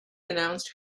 announced